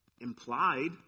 implied